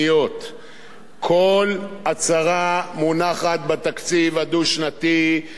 כל הצהרה מונחת בתקציב הדו-שנתי שאי-אפשר לעקוב אחריו,